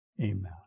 amen